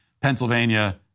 Pennsylvania